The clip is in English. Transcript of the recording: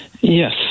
Yes